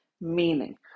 meaning